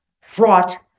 fraught